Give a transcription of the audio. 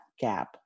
gap